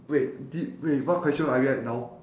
wait did wait what question are you at now